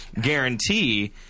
guarantee